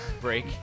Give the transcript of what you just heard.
break